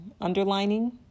underlining